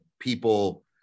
People